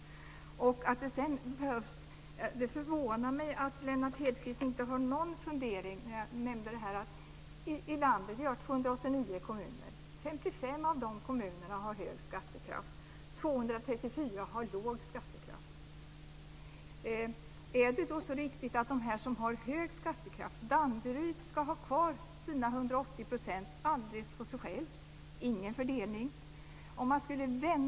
Det förvånar mig att Lennart Hedquist inte har någon fundering här. Det finns ju 289 kommuner i vårt land. 55 av dessa kommuner har hög skattekraft, medan 234 har låg skattekraft. Är resonemanget då så riktigt när det gäller de kommuner som har hög skattekraft, t.ex. att Danderyd ska ha kvar sina 180 % alldeles för sig själv - alltså ingen fördelning?